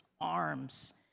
arms